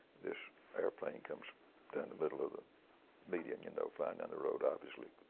this airplane comes down the middle of the median, you know, flying down the road obviously,